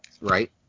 Right